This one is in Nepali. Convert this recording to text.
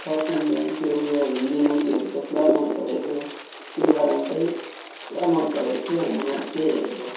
साउथ इन्डियनमा त्यो उयो हिन्दी मुभीहरू त पुरा मनपरेको त्यो कारण चाहिँ पुरा मनपरेको थियो अन्त मैले त्यही हेरेको